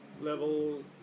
level